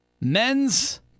Men's